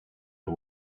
the